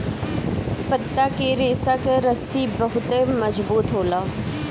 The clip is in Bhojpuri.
पत्ता के रेशा कअ रस्सी बहुते मजबूत होला